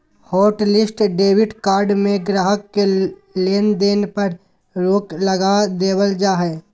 hotlist debit card में गाहक़ के लेन देन पर रोक लगा देबल जा हय